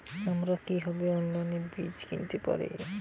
আমরা কীভাবে অনলাইনে বীজ কিনতে পারি?